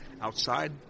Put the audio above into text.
outside